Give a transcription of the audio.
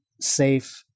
safe